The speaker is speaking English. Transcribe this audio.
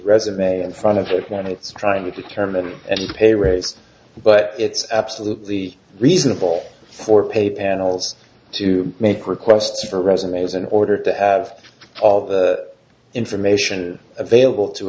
resume in front of it when it's trying to determine and pay rates but it's absolutely reasonable for pay panels to make requests for resumes in order to have all that information available to